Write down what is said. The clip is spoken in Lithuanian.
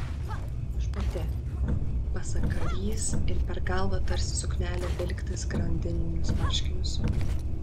aš pati pasak karys ir per galvą tarsi suknelę vilktis grandininius marškinius